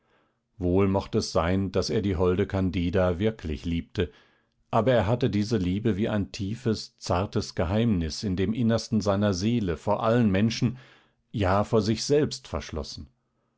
wohl mocht es sein daß er die holde candida wirklich liebte aber er hatte diese liebe wie ein tiefes zartes geheimnis in dem innersten seiner seele vor allen menschen ja vor sich selbst verschlossen